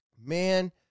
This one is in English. Man